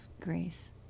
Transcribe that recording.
grace